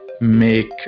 make